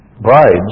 brides